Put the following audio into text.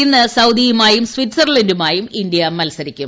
ഇന്ന് സൌദിയുമായും സ്വിറ്റ്സർല ുമായും മത്സരിക്കും